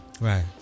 Right